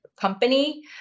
company